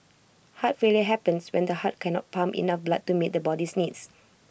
heart failure happens when the heart can not pump enough blood to meet the body's needs